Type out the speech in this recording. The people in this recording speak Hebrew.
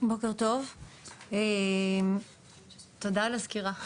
בוקר טוב, תודה על הסקירה.